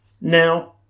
Now